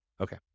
Okay